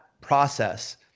process